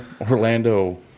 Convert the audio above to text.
Orlando